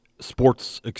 Sports